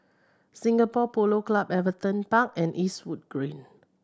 Singapore Polo Club Everton Park and Eastwood Green